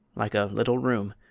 like a little room,